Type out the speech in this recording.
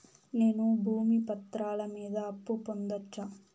నేను భూమి పత్రాల మీద అప్పు పొందొచ్చా?